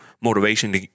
motivation